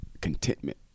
contentment